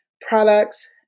products